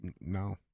No